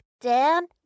Dan